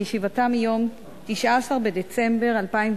בישיבתה ביום 19 בדצמבר 2010,